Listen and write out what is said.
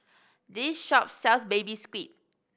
this shop sells Baby Squid